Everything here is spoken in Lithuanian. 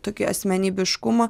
tokį asmenybiškumą